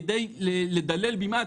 כדי לדלל במעט.